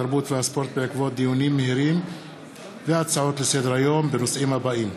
התרבות והספורט דיונים בהצעות לסדר-היום בנושאים הבאים: